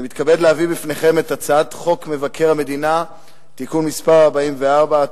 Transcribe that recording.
אני מתכבד להביא לפניכם את הצעת חוק מבקר המדינה (תיקון מס' 44),